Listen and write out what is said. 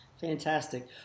Fantastic